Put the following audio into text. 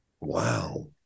wow